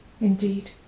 indeed